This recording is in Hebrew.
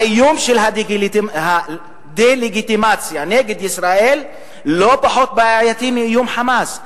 האיום של הדה-לגיטימציה נגד ישראל לא פחות בעייתי מאיום "חמאס".